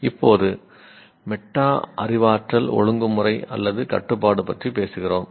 இப்போது மெட்டா அறிவாற்றல் ஒழுங்குமுறை அல்லது கட்டுப்பாடு பற்றி பேசுகிறோம்